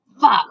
Fuck